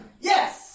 Yes